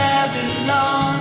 Babylon